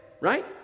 Right